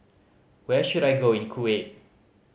where should I go in Kuwait